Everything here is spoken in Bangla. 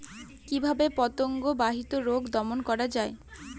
কিভাবে পতঙ্গ বাহিত রোগ দমন করা যায়?